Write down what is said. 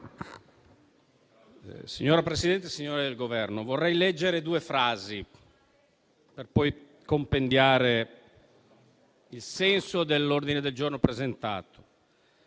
Signora Presidente, signori del Governo, vorrei fare riferimento a due frasi per poi compendiare il senso dell'ordine del giorno presentato.